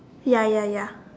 ya ya ya